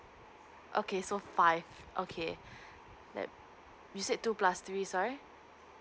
okay so five okay let you said two plus three sorry